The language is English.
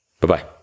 Bye-bye